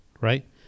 right